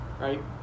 Right